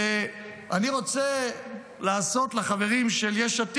ובנושא של הצבעת